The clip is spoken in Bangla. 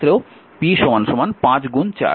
তাই পাওয়ারের মান হল 20 ওয়াট